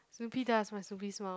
Snoopy does my Snoopy smile